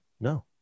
No